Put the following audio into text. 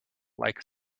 like